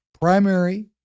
Primary